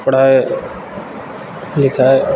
पढ़ाय लिखाय